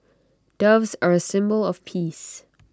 doves are A symbol of peace